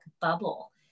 bubble